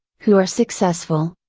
who are successful,